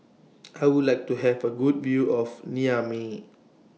I Would like to Have A Good View of Niamey